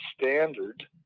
Standard